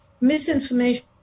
misinformation